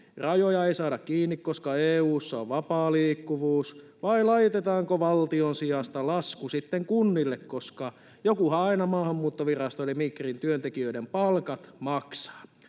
Rajoja ei saada kiinni, koska EU:ssa on vapaa liikkuvuus. Vai laitetaanko valtion sijasta lasku sitten kunnille, koska jokuhan aina Maahanmuuttoviraston eli Migrin työntekijöiden palkat maksaa?